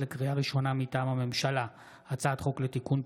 מעצרים) (תיקון,